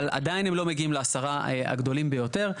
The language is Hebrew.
אבל עדיין הם לא מגיעים לעשרה הגדולים ביותר.